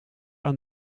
aan